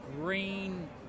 green